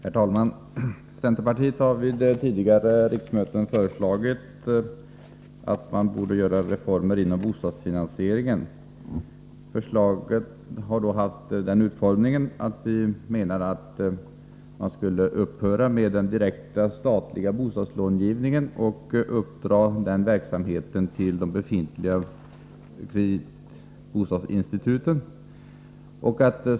Herr talman! Centerpartiet har vid tidigare riksmöten föreslagit reformer inom bostadsfinansieringen. Förslaget har då haft den utformningen att man skulle upphöra med den direkta statliga bostadslångivningen och uppdra den verksamheten till de befintliga bostadsinstituten.